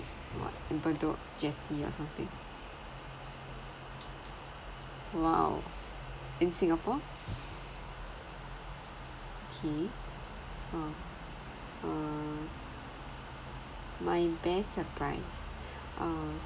what in bedok jetty or something !wow! in singapore okay uh uh my best surprise uh